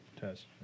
Test